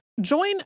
Join